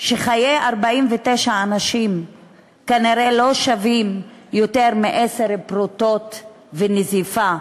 שחיי 49 אנשים כנראה לא שווים יותר מעשר פרוטות ונזיפה,